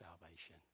salvation